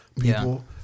people